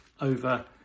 over